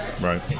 Right